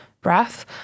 breath